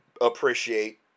appreciate